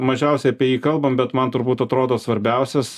mažiausiai apie jį kalbam bet man turbūt atrodo svarbiausias